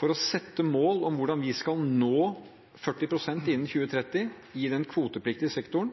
for å sette mål om hvordan vi skal nå 40 pst. innen 2030 i den kvotepliktige sektoren?